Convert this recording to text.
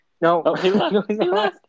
No